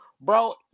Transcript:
Bro